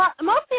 mostly